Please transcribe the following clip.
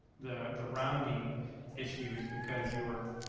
the the rounding issue is because you are,